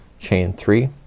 chain three,